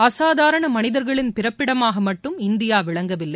அசாதாரண மனிதர்களின் பிறப்பிடமாக மட்டும் இந்திய விளங்கவில்லை